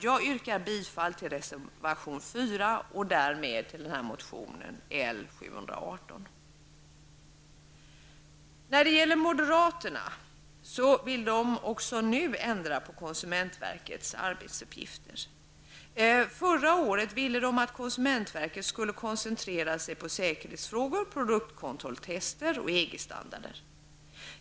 Jag yrkar bifall till reservation 4 och därmed till motion L718. Moderaterna vill också nu ändra på konsumentverkets arbetsuppgifter. Förra året ville de att konsumentverket skulle koncentrera sig på säkerhetsfrågor, produktkontrolltester och EG standarder.